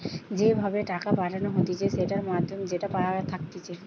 যে ভাবে টাকা পাঠানো হতিছে সেটার মাধ্যম যেটা থাকতিছে